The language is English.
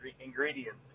ingredients